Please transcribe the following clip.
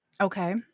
Okay